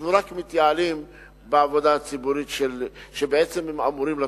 אנחנו רק מתייעלים בעבודה הציבורית שבעצם הם אמורים לתת.